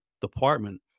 department